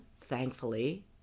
thankfully